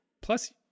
plus